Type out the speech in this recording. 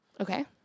Okay